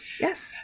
Yes